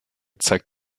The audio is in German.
zeigt